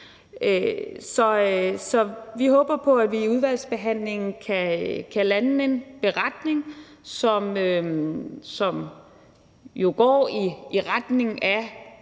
Så vi håber på, at vi i udvalgsbehandlingen kan lande en beretning, som går i retning af